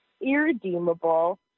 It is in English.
irredeemable